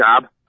job